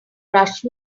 rush